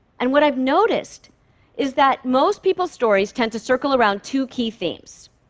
and what i've noticed is that most people's stories tend to circle around two key themes.